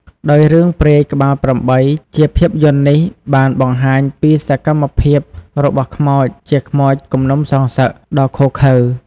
ដោយរឿងព្រាយក្បាល៨ ជាភាពយន្តនេះបានបង្ហាញពីសកម្មភាពរបស់ខ្មោចជា ខ្មោចគំនុំសងសឹក ដ៏ឃោរឃៅ។